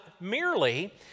merely